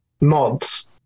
mods